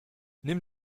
nimm